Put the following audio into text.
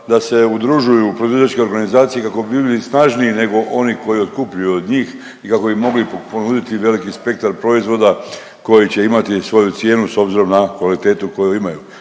da se udružuju proizvođačke organizacije kako bi bili snažniji nego oni koji otkupljuju od njih i kako bi mogli ponuditi veliki spektar proizvoda koji će imati svoju cijenu s obzirom na kvalitetu koju imaju,